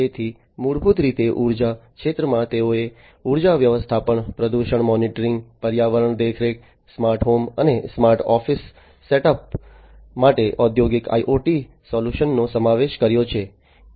તેથી મૂળભૂત રીતે ઉર્જા ક્ષેત્રમાં તેઓએ ઉર્જા વ્યવસ્થાપન પ્રદૂષણ મોનીટરીંગ પર્યાવરણીય દેખરેખ સ્માર્ટ હોમ અને સ્માર્ટ ઓફિસ સેટઅપ માટે ઔદ્યોગિક IoT સોલ્યુશન્સનો સમાવેશ કર્યો છે